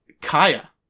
Kaya